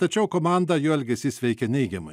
tačiau komandą jo elgesys veikia neigiamai